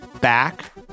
back